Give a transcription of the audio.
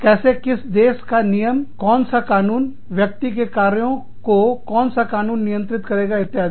कैसे किस देश का नियम कौन सा कानून व्यक्ति के कार्यों को कौन सा देश नियंत्रित करेगा इत्यादि